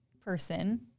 person